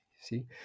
see